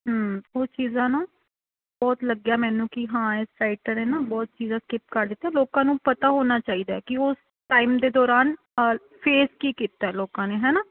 ਹਾਂ ਉਸ ਚੀਜ਼ਾਂ ਨਾ ਬਹੁਤ ਲੱਗਿਆ ਮੈਨੂੰ ਕਿ ਹਾਂ ਇਸ ਟਾਈਟਲ ਹੈ ਨਾ ਬਹੁਤ ਚੀਜ਼ਾਂ ਸਕਿਪ ਕਰ ਦਿੱਤੀਆਂ ਲੋਕਾਂ ਨੂੰ ਪਤਾ ਹੋਣਾ ਚਾਹੀਦਾ ਕਿ ਉਸ ਟਾਈਮ ਦੇ ਦੌਰਾਨ ਫੇਸ ਕੀ ਕੀਤਾ ਲੋਕਾਂ ਨੇ ਹੈ ਨਾ